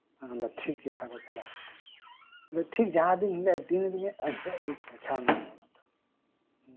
ᱟᱫᱚᱧ ᱢᱮᱱᱫᱟ ᱴᱷᱤᱠ ᱜᱮᱭᱟ ᱛᱟᱦᱞᱮ ᱪᱟᱞᱟᱜ ᱟᱹᱧ ᱴᱷᱤᱠ ᱡᱟᱸᱦᱟ ᱦᱤᱞᱳᱜ ᱜᱮᱭ ᱫᱤᱱ ᱟᱫᱤᱧᱟ ᱮᱱᱦᱤᱞᱳᱜ ᱜᱮ ᱯᱳᱪᱷᱟᱣᱱᱟ ᱩᱱᱤᱭᱟᱜ ᱚᱲᱟᱜ ᱫᱚ